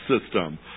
system